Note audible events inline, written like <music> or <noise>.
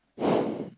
<breath>